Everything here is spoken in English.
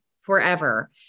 forever